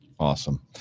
Awesome